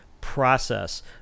process